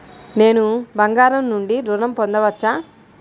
నేను బంగారం నుండి ఋణం పొందవచ్చా?